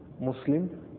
Muslim